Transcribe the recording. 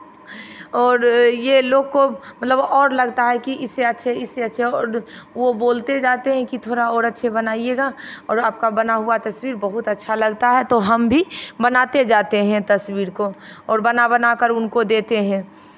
और ये लोग को मतलब और लगता है कि इससे अच्छा इससे अच्छा और वो बोलते जाते हैं कि थोड़ा और अच्छे बनाइयेगा और आपका बना हुआ तस्वीर बहुत अच्छा लगता है तो हम भी बनाते जाते हैं तस्वीर को और बना बना कर उनको देते हैं